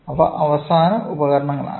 അവ അവസാന ഉപകരണങ്ങളാണ്